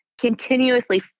continuously